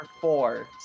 four